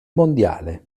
mondiale